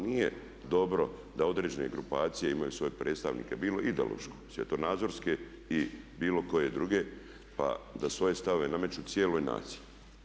Ali nije dobro da određene grupacije imaju svoje predstavnike bilo ideološke, svjetonazorske i bilo koje druge, pa da svoje stavove nameću cijeloj naciji.